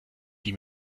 die